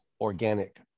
organic